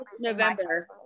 November